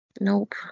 Nope